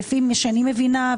לפי מה שאני מבינה,